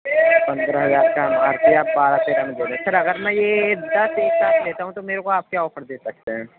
پندرہ ہزار کی ایم آر پی ہے آپ بارہ تیرہ میں دے دیں سر اگر میں یہ دس ایک ساتھ لیتا ہوں تو میرے کو آپ کیا آفر دے سکتے ہیں